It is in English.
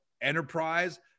enterprise